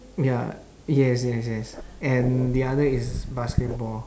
ya yes yes yes and the other is basketball